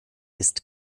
ist